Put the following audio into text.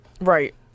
Right